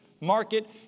market